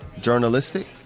journalistic